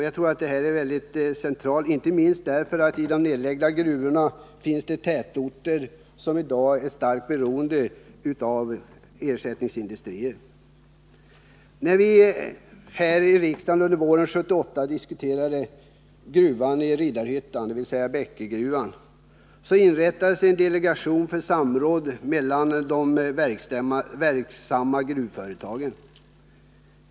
Jag tror att detta är något mycket centralt, inte minst därför att de nedlagda gruvornas tätorter i dag är starkt beroende av ersättningsindustrier. I samband med att vi under våren 1978 diskuterade gruvan i Riddarhyttan, dvs. Bäckegruvan, inrättades en delegation för samråd mellan de verksamma gruvföretagen.